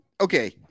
okay